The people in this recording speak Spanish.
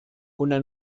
una